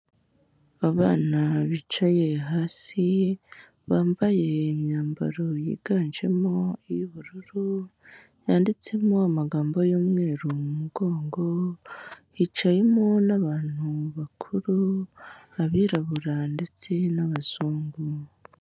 Abana bicaye hasi, bambaye imyambaro yiganjemo iy'ubururu, yanditsemo amagambo y'umweru mu mugongo, hicayemo n'abantu bakuru, abirabura ndetse n'abazungu.